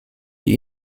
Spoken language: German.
die